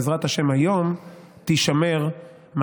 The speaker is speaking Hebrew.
בעזרת השם תישמר היום,